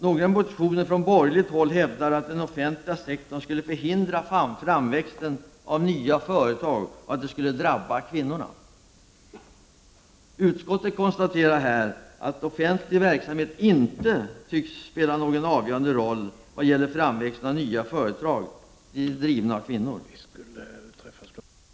Några motioner från borgerligt håll hävdar att den offentliga sektorn skulle förhindra framväxten av nya företag och att detta skulle drabba kvinnorna. Utskottet konstaterar att offentlig verksamhet inte tycks spela någon avgörande roll vad gäller framväxten av nya företag drivna av kvinnor.